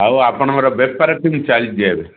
ଆଉ ଆପଣଙ୍କର ବେପାର କେମିତି ଚାଲିଛି ଏବେ